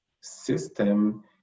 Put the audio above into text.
system